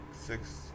six